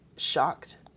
shocked